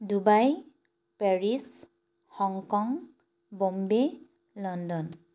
Dubai Paris Hong Kong Bombay London